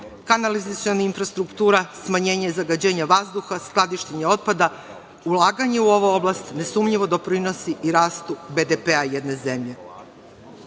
kanalizaciona infrastruktura, smanjenje zagađenja vazduha, skladištenje otpada, ulaganje u ovu oblast nesumnjivo doprinosi i rastu BDP-a jedne zemlje. Ukratko